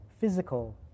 physical